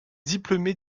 diplômé